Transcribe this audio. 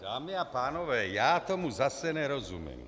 Dámy a pánové, já tomu zase nerozumím!